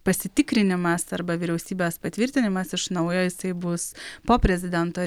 pasitikrinimas arba vyriausybės patvirtinimas iš naujo jisai bus po prezidento